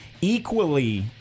Equally